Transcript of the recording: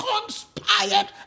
conspired